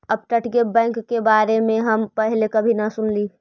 अपतटीय बैंक के बारे में हम पहले कभी न सुनली